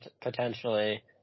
potentially